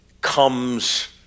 comes